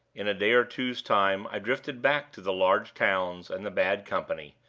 in a day or two's time i drifted back to the large towns and the bad company,